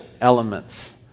elements